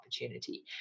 opportunity